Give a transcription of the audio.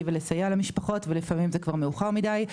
ולסייע למשפחות ולפעמים זה כבר מאוחר מידי.